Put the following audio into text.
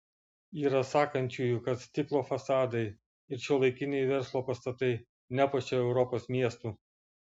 yra sakančiųjų kad stiklo fasadai ir šiuolaikiniai verslo pastatai nepuošia europos miestų